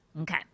Okay